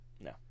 No